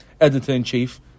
editor-in-chief